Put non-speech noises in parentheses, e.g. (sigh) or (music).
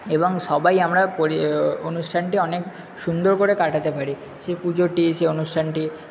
এবং সবাই আমরা (unintelligible) অনুষ্ঠানটি অনেক সুন্দর করে কাটাতে পারি সেই পুজোটি সেই অনুষ্ঠানটি